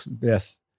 Yes